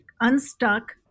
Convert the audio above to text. unstuck